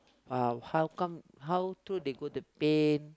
ah how come how to they go the pain